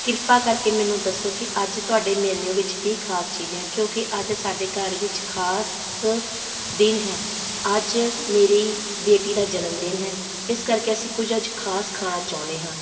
ਕਿਰਪਾ ਕਰਕੇ ਮੈਨੂੰ ਦੱਸੋ ਕਿ ਅੱਜ ਤੁਹਾਡੇ ਮੈਨਿਊ ਵਿੱਚ ਕੀ ਖ਼ਾਸ ਚੀਜ਼ ਹੈ ਕਿਉਂਕਿ ਅੱਜ ਸਾਡੇ ਘਰ ਵਿੱਚ ਖ਼ਾਸ ਦਿਨ ਹੈ ਅੱਜ ਮੇਰੀ ਬੇਟੀ ਦਾ ਜਨਮਦਿਨ ਹੈ ਇਸ ਕਰਕੇ ਅਸੀਂ ਕੁਝ ਅੱਜ ਖ਼ਾਸ ਖਾਣਾ ਚਾਹੁੰਦੇ ਹਾਂ